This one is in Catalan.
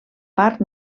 parc